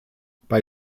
bei